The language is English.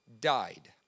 died